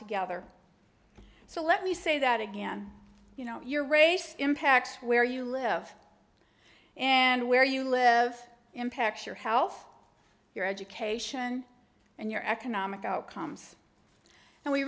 together so let me say that again you know your race impacts where you live and where you live impacts your health your education and your economic outcomes and we